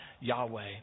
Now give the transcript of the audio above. Yahweh